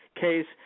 case